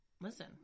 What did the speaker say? Listen